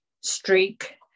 streak